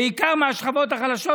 בעיקר מהשכבות החלשות,